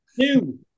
Two